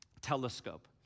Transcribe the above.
Telescope